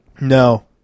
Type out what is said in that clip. No